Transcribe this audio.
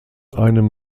einem